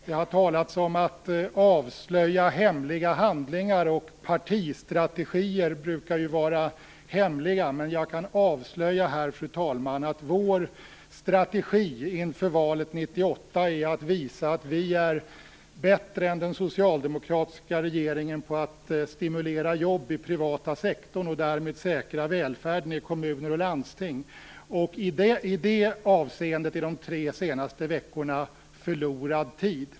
Det har talats om att avslöja hemliga handlingar, och partistrategier brukar ju vara hemliga, men jag kan avslöja här, fru talman, att vår strategi inför valet 1998 är att visa att vi är bättre än den socialdemokratiska regeringen på att stimulera jobb i den privata sektorn och därmed säkra välfärden i kommuner och landsting. I det avseendet är de tre senaste veckorna förlorad tid.